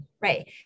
right